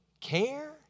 care